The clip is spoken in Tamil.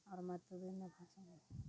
அப்புறம் மற்றது என்ன பிரச்சின